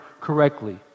correctly